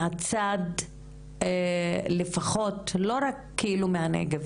מהצד לפחות - לא רק כאילו מהנגב,